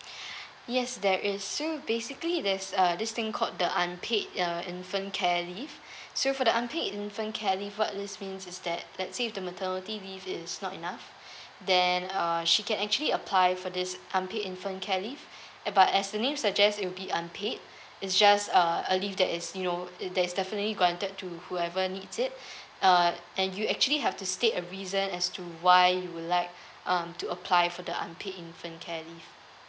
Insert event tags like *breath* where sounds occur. *breath* yes there is so basically there's uh this thing called the unpaid uh infant care leave so for the unpaid infant care leave what this means is that let's see the maternity leave is not enough then uh she can actually apply for this unpaid infant care leave uh but as the name suggests you'll be unpaid it's just uh a leave that is you know is there's definitely granted to whoever needs it uh and you actually have to stay a reason as to why you would like um to apply for the unpaid infant care leave